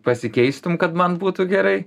pasikeistum kad man būtų gerai